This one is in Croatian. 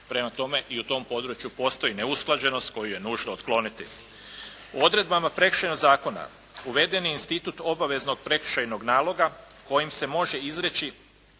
prema tome i u tom području postoji neusklađenost koju je nužno otkloniti. U odredbama Prekršajnog zakona uveden je institut obaveznog prekršajnog naloga kojim se može izreći